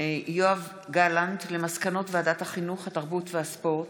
יואב גלנט על מסקנות ועדת החינוך, התרבות והספורט